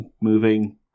moving